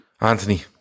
Anthony